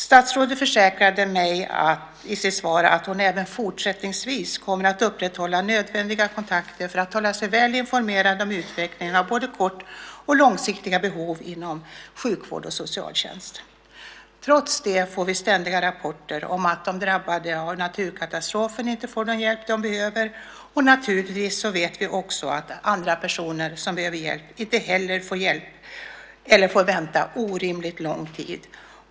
Statsrådet försäkrade mig i sitt svar att hon även fortsättningsvis kommer att upprätthålla nödvändiga kontakter för att hålla sig väl informerad om utvecklingen av både kort och långsiktiga behov inom sjukvård och socialtjänst. Trots detta får vi ständigt rapporter om att de som drabbades av naturkatastrofen inte får den hjälp som de behöver, och vi vet att inte heller andra personer som behöver hjälp får det eller får vänta orimligt lång tid.